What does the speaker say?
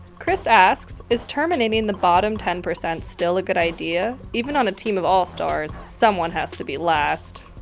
chris asks, is terminating the bottom ten percent still a good idea? even on a team of all-stars, someone has to be last.